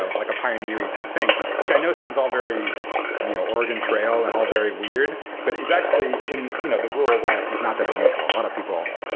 ah like a pioneery type thing, which i know sounds all very and you know oregon trail and all very weird, but is actually in you know the rural west is not that unusual. a lot of people,